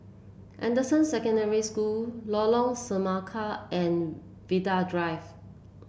Anderson Secondary School Lorong Semangka and Vanda Drive